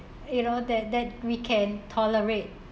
you know that that we can tolerate